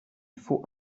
faut